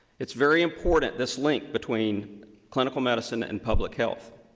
it's very important, this link between clinical medicine and public health.